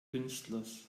künstlers